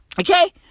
Okay